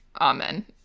amen